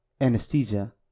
anesthesia